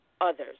others